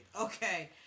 okay